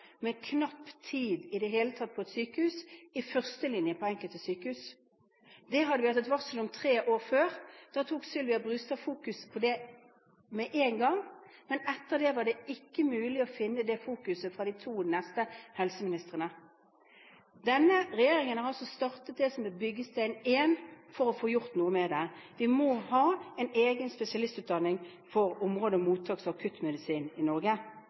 det sto turnusleger med knapp tid i førstelinjen på enkelte sykehus. Det hadde vi hatt et varsel om tre år før. Da satte Sylvia Brustad fokus på det med en gang, men etter det var det ikke mulig å finne det samme fokuset fra de to neste helseministrene. Denne regjeringen har altså startet det som er byggesten én for å få gjort noe med det. Vi må ha en egen spesialistutdanning for området mottaks- og akuttmedisin i Norge.